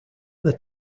that